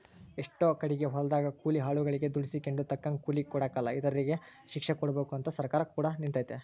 ಎಷ್ಟೊ ಕಡಿಗೆ ಹೊಲದಗ ಕೂಲಿ ಆಳುಗಳಗೆ ದುಡಿಸಿಕೊಂಡು ತಕ್ಕಂಗ ಕೂಲಿ ಕೊಡಕಲ ಇಂತರಿಗೆ ಶಿಕ್ಷೆಕೊಡಬಕು ಅಂತ ಸರ್ಕಾರ ಕೂಡ ನಿಂತಿತೆ